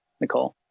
Nicole